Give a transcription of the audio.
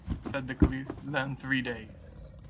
said the caliph, than three days.